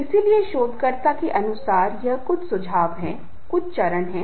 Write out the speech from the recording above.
इसलिए बेशक दूसरे को सुनना बहुत महत्वपूर्ण है